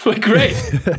Great